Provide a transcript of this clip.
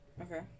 Okay